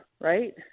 right